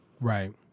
Right